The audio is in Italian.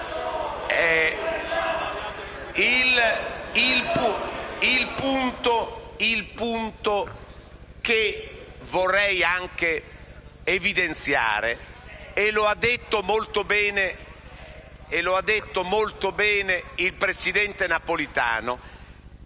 Il punto che vorrei evidenziare, e lo ha detto molto bene il presidente Napolitano,